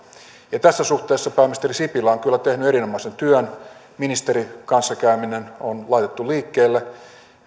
ja tässä suhteessa pääministeri sipilä on kyllä tehnyt erinomaisen työn ministerikanssakäyminen on laitettu liikkeelle